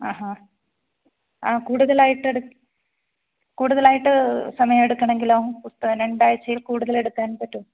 ആഹാ ആ കൂടുതലായിട്ടെടുക്കാൻ കൂടുതലായിട്ട് സമയം എടുക്കുകയാണെങ്കിലോ പുസ്തകം രണ്ട് ആഴ്ചയിൽ കൂടുതൽ എടുക്കാൻ പറ്റുമോ